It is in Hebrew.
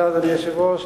אדוני היושב-ראש,